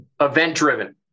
Event-driven